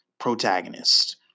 Protagonist